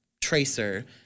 tracer